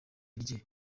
rye